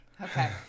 Okay